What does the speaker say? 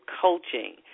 coaching